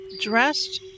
dressed